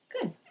Good